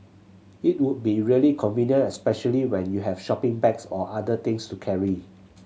it would be really convenient especially when you have shopping bags or other things to carry